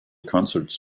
concerts